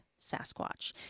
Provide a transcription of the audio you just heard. Sasquatch